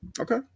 Okay